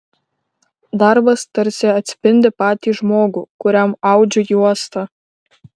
darbas tarsi atspindi patį žmogų kuriam audžiu juostą